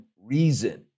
reason